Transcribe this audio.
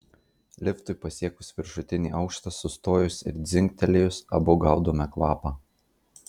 liftui pasiekus viršutinį aukštą sustojus ir dzingtelėjus abu gaudome kvapą